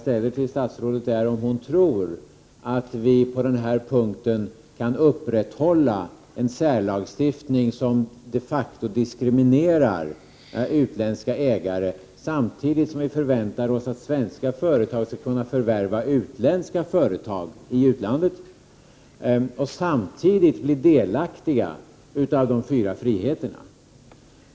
Tror statsrådet att vi på denna punkt kan upprätthålla en särlagstiftning som de facto diskriminerar utländska ägare, samtidigt som vi förväntar oss att svenska företag skall kunna förvärva utländska företag i utlandet och samtidigt bli delaktiga av de fyra friheterna?